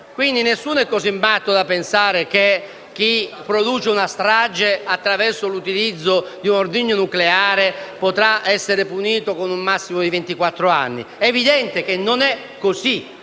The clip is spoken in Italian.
reato. Nessuno è così matto da pensare che chi produce una strage attraverso l'utilizzo di un ordigno nucleare potrà essere punito con un massimo di ventiquattro anni. È evidente che non è così.